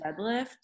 deadlift